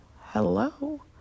hello